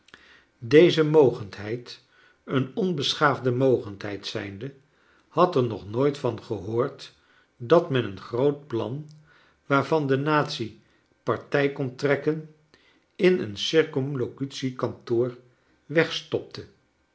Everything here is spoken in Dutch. deze mogendheid een onbeschaafde mogendheid zijncle had er nog nooit van gehoord dat men een groot plan waarvan de natie partij kon trekken in een circumlocutie kaiitoor wegstopte